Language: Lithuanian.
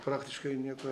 praktiškai nieko